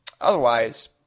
otherwise